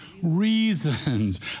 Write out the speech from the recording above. reasons